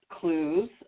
clues